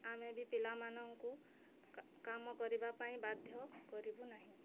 ଆମେ ବି ପିଲାମାନଙ୍କୁ କାମ କରିବା ପାଇଁ ବାଧ୍ୟ କରିବୁ ନାହିଁ